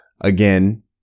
again